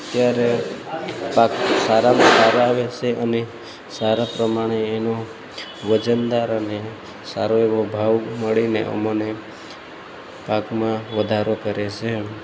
અત્યારે પાક સારામાં સારા આવે છે અને સારા પ્રમાણે એનો વજનદાર અને સારો એવો ભાવ મળીને અમને પાકમાં વધારો કરે છે એમ